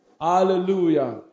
Hallelujah